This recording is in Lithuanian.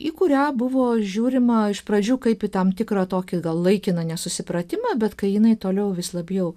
į kurią buvo žiūrima iš pradžių kaip į tam tikrą tokį laikiną nesusipratimą bet kai jinai toliau vis labiau